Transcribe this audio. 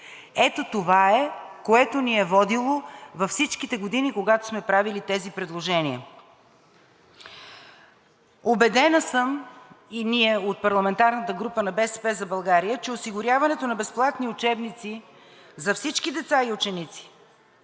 Ето това е, което ни е водило във всичките години, когато сме правили тези предложения. Убедена съм, и ние от парламентарната група на „БСП за България“, че осигуряването на безплатни учебници за всички деца и ученици